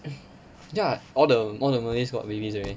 ya all the all the malays got babies already